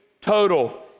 total